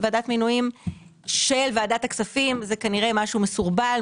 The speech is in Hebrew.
ועדת מינויים של ועדת הכספים זה כנראה משהו מסורבל,